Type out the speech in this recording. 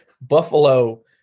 Buffalo